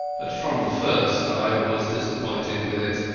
but from the first i was disappointed with it.